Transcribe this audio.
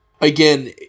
Again